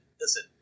listen